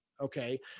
okay